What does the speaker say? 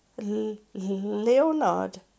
Leonard